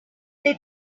they